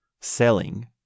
selling